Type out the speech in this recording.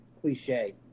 cliche